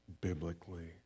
biblically